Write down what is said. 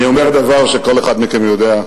אני אומר דבר שכל אחד מכם יודע,